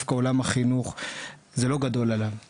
ודווקא זה לא גדול על משרד החינוך,